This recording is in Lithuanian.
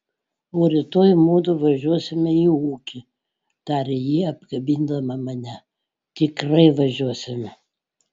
o rytoj mudu važiuosime į ūkį tarė ji apkabindama mane tikrai važiuosime